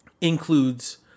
includes